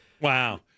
Wow